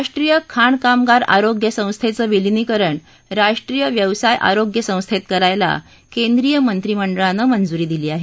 राष्ट्रीय खाण कामगार आरोग्य संस्थेचं विलीनीकरण राष्ट्रीय व्यवसाय आरोग्य संस्थेत करायला केंद्रीय मंत्रीमंडळानं मंजुरी दिली आहे